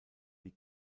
die